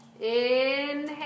Inhale